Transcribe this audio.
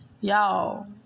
Y'all